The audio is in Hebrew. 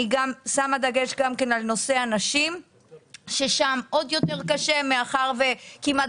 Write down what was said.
אני שמה דגש גם כן על נושא הנשים ששם עוד יותר קשה מאחר וכמעט